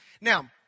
Now